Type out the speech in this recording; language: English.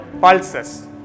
pulses